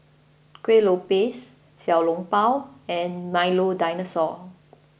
Kuih Lopes Xiao Long Bao and Milo Dinosaur